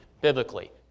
biblically